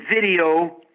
video